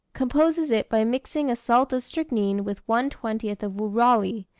composes it by mixing a salt of strychnine with one-twentieth of woorali.